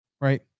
Right